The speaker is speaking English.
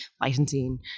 licensing